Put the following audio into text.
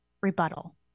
rebuttal